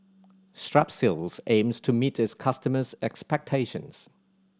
strepsils aims to meet its customers' expectations